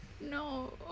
No